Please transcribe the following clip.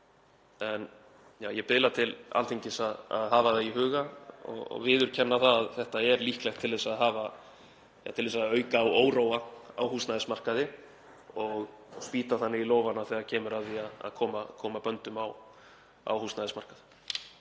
En ég biðla til Alþingis að hafa það í huga og viðurkenna að þetta er líklegt til að auka á óróa á húsnæðismarkaði og að spýta þá í lófana þegar kemur að því að koma böndum á húsnæðismarkað.